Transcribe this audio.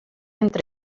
entre